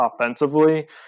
offensively